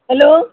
hello